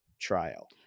trial